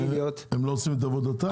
מה, הם לא עושים את עבודתם?